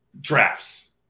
drafts